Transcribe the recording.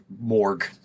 morgue